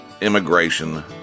immigration